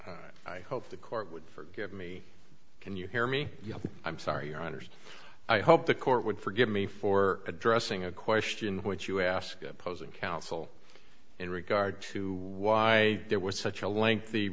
word i hope the court would forgive me can you hear me yes i'm sorry your honour's i hope the court would forgive me for addressing a question which you ask opposing counsel in regard to why there was such a lengthy